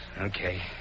Okay